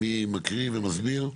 מי מקריא ומסביר?